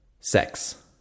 sex